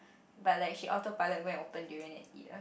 but like she auto-pilot go and open durian and eat ah